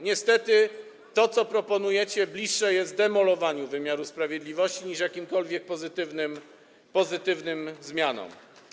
Niestety to, co proponujecie, bliższe jest demolowaniu wymiaru sprawiedliwości niż jakimkolwiek pozytywnym zmianom.